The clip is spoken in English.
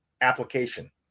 application